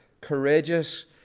courageous